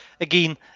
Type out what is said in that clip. again